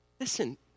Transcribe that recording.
Listen